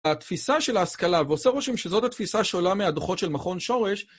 התפיסה של ההשכלה, ועושה רושם שזאת התפיסה שעולה מהדוחות של מכון שורש,